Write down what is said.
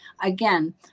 Again